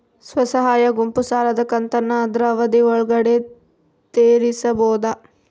ಸ್ವಸಹಾಯ ಗುಂಪು ಸಾಲದ ಕಂತನ್ನ ಆದ್ರ ಅವಧಿ ಒಳ್ಗಡೆ ತೇರಿಸಬೋದ?